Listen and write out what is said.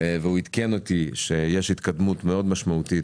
והוא עדכן אותי שיש התקדמות משמעותית